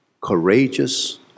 courageous